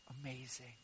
Amazing